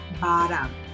bottom